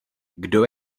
kdo